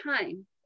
time